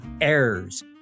errors